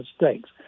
mistakes